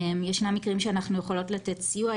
ישנם מקרים שאנחנו יכולות לתת סיוע,